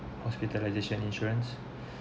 hospitalisation insurance